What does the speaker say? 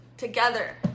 together